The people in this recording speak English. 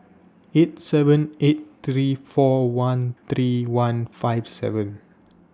eight seven eight three four one three one five seven